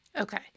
okay